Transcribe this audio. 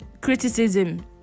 criticism